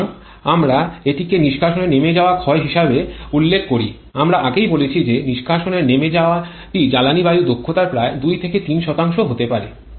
সুতরাং আমরা এটিকেই নিষ্কাশনের নেমে যাওয়া ক্ষয় হিসাবে উল্লেখ করি আমরা আগেই বলেছি যে নিষ্কাশনের নেমে যাওয়াটি জ্বালানী বায়ু দক্ষতার প্রায় ২ থেকে ৩ হতে পারে